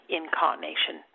incarnation